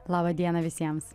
laba diena visiems